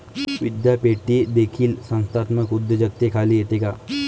विद्यापीठे देखील संस्थात्मक उद्योजकतेखाली येतात का?